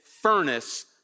furnace